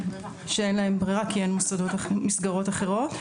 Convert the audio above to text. אין להם ברירה כי אין מסגרות אחרות.